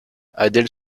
adèle